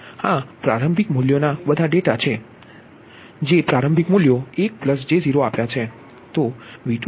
આ પ્રારંભિક મૂલ્યના તે બધા ડેટા છે કે જેણે પ્રારંભિક મૂલ્યો 1 j0 આપ્યા છે